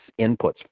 inputs